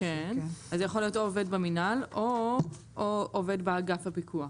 או "עובד באגף הפיקוח